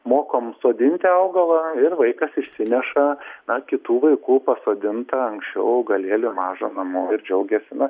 mokom sodinti augalą ir vaikas išsineša na kitų vaikų pasodintą anksčiau augalėlį mažą namo ir džiaugiasi na